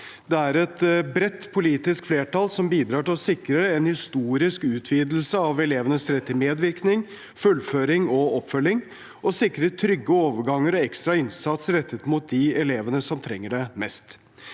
Det er et bredt politisk flertall som bidrar til å sikre en historisk utvidelse av elevenes rett til medvirkning, fullføring og oppfølging, og som sikrer trygge overganger og ekstra innsats rettet mot de elevene som trenger det mest.